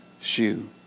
shoe